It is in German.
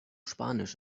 spanisch